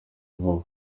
vuba